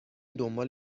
دنبال